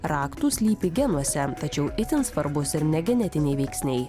raktų slypi genuose tačiau itin svarbūs ir ne genetiniai veiksniai